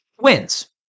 wins